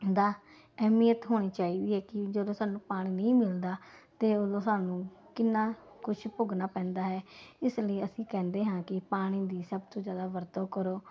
ਦਾ ਅਹਿਮੀਅਤ ਹੋਣੀ ਚਾਹੀਦੀ ਹੈ ਕਿ ਜਦੋਂ ਸਾਨੂੰ ਪਾਣੀ ਨਹੀਂ ਮਿਲਦਾ ਤਾਂ ਉਦੋਂ ਸਾਨੂੰ ਕਿੰਨਾ ਕੁਝ ਭੋਗਣਾ ਪੈਂਦਾ ਹੈ ਇਸ ਲਈ ਅਸੀਂ ਕਹਿੰਦੇ ਹਾਂ ਕਿ ਪਾਣੀ ਦੀ ਸਭ ਤੋਂ ਜ਼ਿਆਦਾ ਵਰਤੋਂ ਕਰੋ